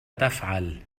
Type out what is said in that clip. تفعل